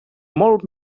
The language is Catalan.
molt